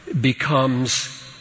becomes